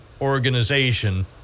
organization